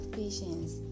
patience